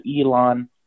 Elon